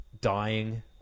dying